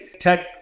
Tech